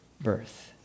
birth